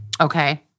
Okay